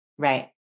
Right